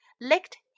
licked